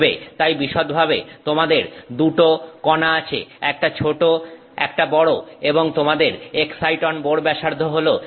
তাই বিশদভাবে তোমাদের দুটো কনা আছে একটা ছোট একটা বড় এবং তোমাদের এক্সাইটন বোর ব্যাসার্ধ হল এতটা